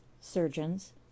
surgeons